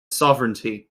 sovereignty